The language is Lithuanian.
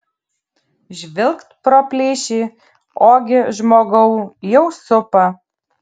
žvilgt pro plyšį ogi žmogau jau supa